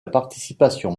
participation